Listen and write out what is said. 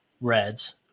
Reds